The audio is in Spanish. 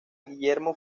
guillermo